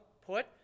put